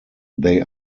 they